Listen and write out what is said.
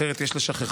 אחרת יש לשחררם,